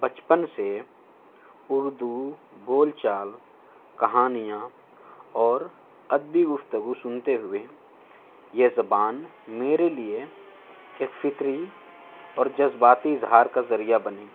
بچپن سے اردو بول چال کہانیاں اور ادبی گفتگو سنتے ہوئے یہ زبان میرے لیے ایک فطری اور جذباتی اظہار کا ذریعہ بنی